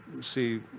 see